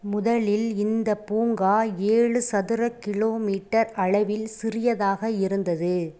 முதலில் இந்தப் பூங்கா ஏழு சதுர கிலோமீட்டர் அளவில் சிறியதாக இருந்தது